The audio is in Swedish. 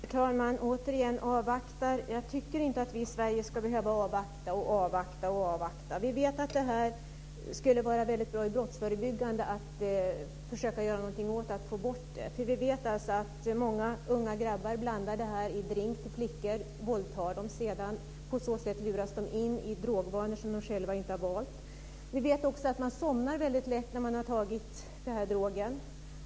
Herr talman! Återigen ska vi avvakta. Jag tycker inte att vi i Sverige ska behöva avvakta och avvakta. Vi vet att det skulle vara brottsförebyggande om vi försökte att få bort det. Vi vet att många unga grabbar blandar den här drogen i drinkar till flickor och sedan våldtar dem. På så sätt luras de in i drogvanor som de själva inte har valt. Vi vet också att man somnar väldigt lätt när man har tagit den här drogen.